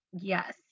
Yes